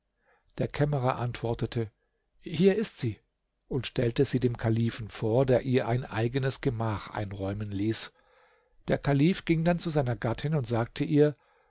der kämmerer antwortete hier ist sie und stellte sie dem kalifen vor der ihr ein eigenes gemach einräumen ließ der kalif ging dann zu seiner gattin und sagte ihr